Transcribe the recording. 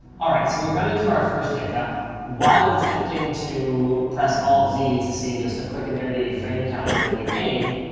all right, so we've run into our first hiccup while attempting to press alt z to see just a quick and dirty frame counter in the game.